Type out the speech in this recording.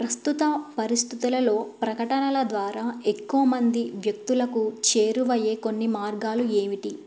ప్రస్తుత పరిస్థితులలో ప్రకటనల ద్వారా ఎక్కువ మంది వ్యక్తులకు చేరువయ్యే కొన్ని మార్గాలు ఏమిటి